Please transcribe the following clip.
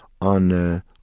on